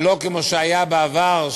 לא כמו שהיה בעבר,